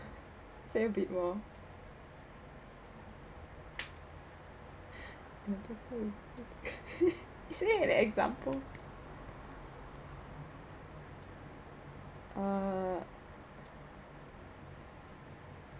say a bit more isn't it an example err